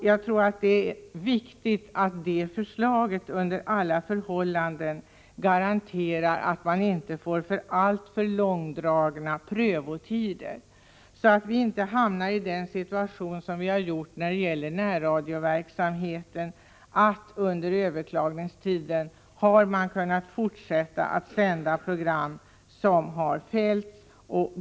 Jag tror det är viktigt att detta förslag under alla förhållanden garanterar att det inte blir alltför långdragna prövotider. Annars hamnar vi i samma situation som när det gäller närradioverksamheten. Under överklagningstiden har man kunnat fortsätta att sända program som fällts.